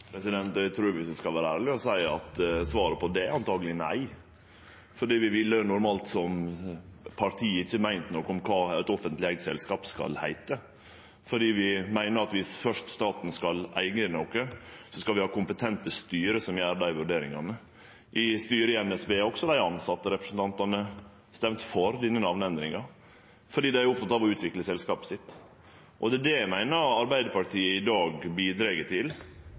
Eg trur eg skal vere ærleg og seie at svaret på det antakeleg er nei. Vi ville normalt som parti ikkje meint noko om kva eit offentleg eigd selskap skal heite. Vi meiner at om staten først skal eige noko, så skal vi ha kompetente styre som gjer dei vurderingane. I styret i NSB har også tilsetterepresentantane røysta for denne namneendringa – fordi dei er opptekne av å utvikle selskapet sitt. Det eg meiner at Arbeidarpartiet i dag bidreg til,